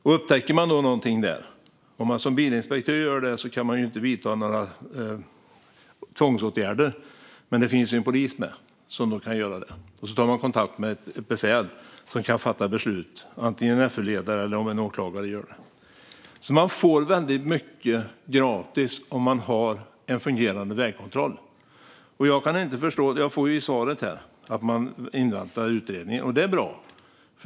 Om en bilinspektör upptäcker någonting där kan inspektören inte vidta några tvångsåtgärder. Men det finns en polis med som kan göra det och som kan ta kontakt med ett befäl som kan fatta beslut, antingen om en FÖ-ledare eller en åklagare gör det. Man får väldigt mycket gratis om man har en fungerande vägkontroll. Statsrådet säger i svaret att man inväntar utredning. Det är bra.